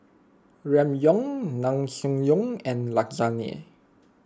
Ramyeon Naengmyeon and Lasagne